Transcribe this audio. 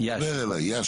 דבר אליי.